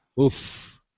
Oof